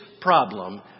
problem